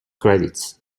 credits